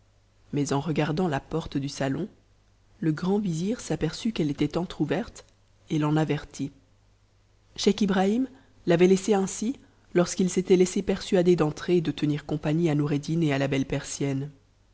mais en regardant la porte du salon le grand vizir s'aperçut qu'elle était entr'ouverte et l'en averti scheich ibrahim l'avait laissée ainsi lorsqu'il s'était laissé persuader d'en trer et de tenir compagnie à noureddin et à la belle persienne